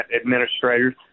administrators